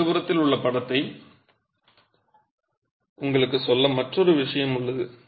இடதுபுறத்தில் உள்ள படத்தை உங்களுக்குச் சொல்ல மற்றொரு விஷயம் உள்ளது